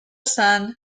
son